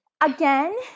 again